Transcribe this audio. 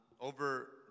Over